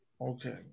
Okay